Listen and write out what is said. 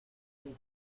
dije